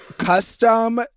Custom